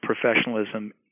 professionalism